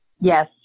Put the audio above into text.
Yes